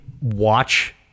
watch